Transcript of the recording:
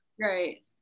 right